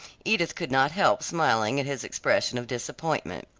edith could not help smiling at his expression of disappointment.